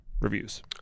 Reviews